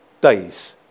days